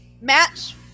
match